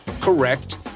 correct